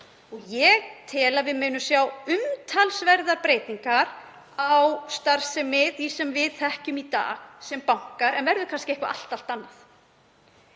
og ég tel að við munum sjá umtalsverðar breytingar á starfsemi þess sem við þekkjum í dag sem banka en verður kannski eitthvað allt annað.